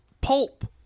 pulp